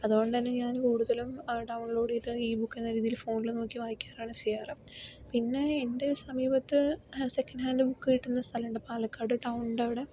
അതുകൊണ്ടുതന്നെ ഞാൻ കൂടുതലും ഡൗൺ ലോഡ് ചെയ്തിട്ട് ഇ ബുക്കെന്ന രീതിയിൽ ഫോണിൽ നോക്കി വായിക്കാറാണ് ചെയ്യാറ് പിന്നെ എൻ്റെ സമീപത്ത് സെക്കൻഡ് ഹാൻഡ് ബുക്ക് കിട്ടുന്ന സ്ഥലം ഉണ്ട് പാലക്കാട് ടൗണിൻ്റെ അവിടെ